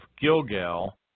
Gilgal